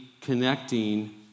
connecting